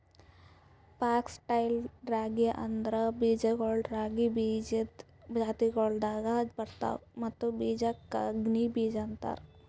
fox tail ರಾಗಿ ಅಂದುರ್ ಬೀಜಗೊಳ್ ರಾಗಿ ಬೀಜದ್ ಜಾತಿಗೊಳ್ದಾಗ್ ಬರ್ತವ್ ಮತ್ತ ಬೀಜಕ್ ಕಂಗ್ನಿ ಬೀಜ ಅಂತಾರ್